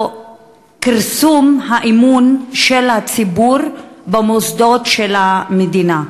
כרסום באמון הציבור במוסדות של המדינה.